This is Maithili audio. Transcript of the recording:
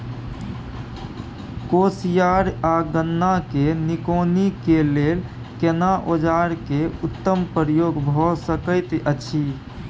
कोसयार आ गन्ना के निकौनी के लेल केना औजार के उत्तम प्रयोग भ सकेत अछि?